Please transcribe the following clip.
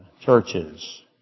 churches